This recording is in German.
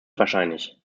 wahrscheinlich